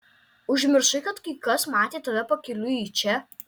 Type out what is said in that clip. užmiršai kad kai kas matė tave pakeliui į čia